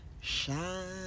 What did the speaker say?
shine